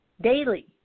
daily